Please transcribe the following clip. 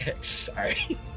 Sorry